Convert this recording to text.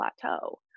plateau